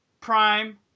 prime